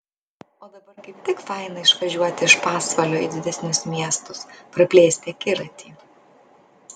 o dabar kaip tik faina išvažiuoti iš pasvalio į didesnius miestus praplėsti akiratį